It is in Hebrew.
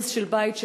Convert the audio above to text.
הרס של בית,